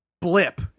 blip